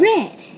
Red